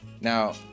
Now